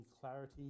clarity